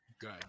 good